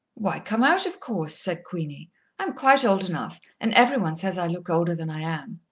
why, come out, of course, said queenie. am quite old enough, and every one says i look older than i am.